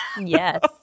Yes